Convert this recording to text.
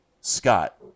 Scott